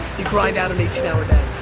you grind out an eighteen hour day.